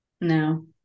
No